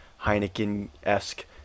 Heineken-esque